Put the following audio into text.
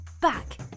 back